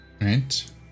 right